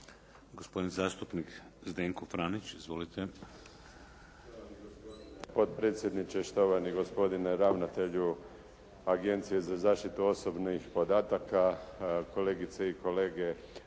Zdenko (SDP)** Štovani gospodine potpredsjedniče, štovani gospodine ravnatelju Agencije za zaštitu osobnih podataka, kolegice i kolege